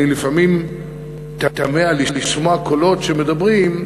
אני לפעמים תמה לשמוע קולות שמדברים,